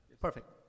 Perfect